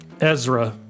Ezra